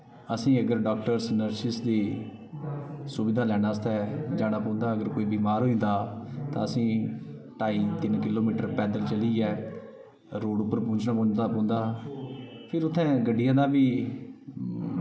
असें गी अगर डॉक्टर्स नर्सिस दी सुविधा लैने आस्तै जाना पौंदा हा अगर कोई बीमार होई जंदा हा तां असें ढाई तिन्न किलोमीटर पैद्दल चलियै रोड पर पुज्जना पौंदा हा फिर उत्थें गड्डियें दा बी